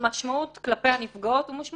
והרבה פעמים המשמעות של זה כלפי הנפגעות היא קשה.